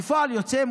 כפועל יוצא,